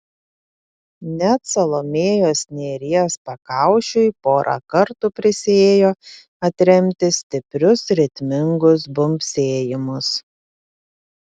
net salomėjos nėries pakaušiui porą kartų prisiėjo atremti stiprius ritmingus bumbsėjimus